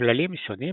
בכללים שונים